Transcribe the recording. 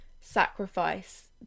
sacrifice